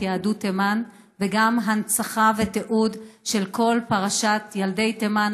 יהדות תימן וגם הנצחה ותיעוד של כל פרשת ילדי תימן,